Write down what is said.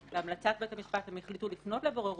או בהמלצת בית המשפט הם החליטו לפנות לבוררות,